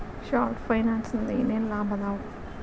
short ಫೈನಾನ್ಸಿನಿಂದ ಏನೇನ್ ಲಾಭದಾವಾ